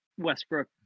Westbrook